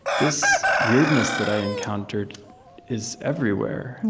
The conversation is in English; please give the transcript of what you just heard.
this weirdness that i encountered is everywhere.